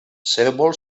cérvol